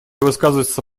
высказываться